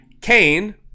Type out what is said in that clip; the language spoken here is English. cain